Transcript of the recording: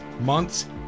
months